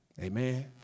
Amen